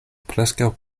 preskaŭ